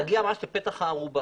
צריך להגיע ממש לפתח הארובה.